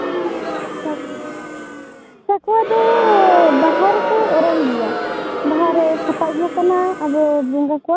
ᱥᱟᱠᱣᱟ ᱫᱚ ᱵᱟᱦᱟ ᱨᱮᱠᱚ ᱚᱨᱚᱝ ᱜᱮᱭᱟ ᱵᱟᱦᱟᱨᱮ ᱥᱟᱯᱟᱯ ᱦᱚᱸ ᱠᱟᱱᱟ ᱟᱵᱚ ᱵᱚᱸᱜᱟ ᱠᱚᱣᱟᱜ